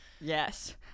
Yes